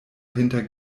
hinter